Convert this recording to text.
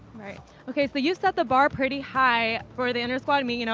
okay. so you set the bar pretty high for the intersquad meet, you know